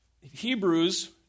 Hebrews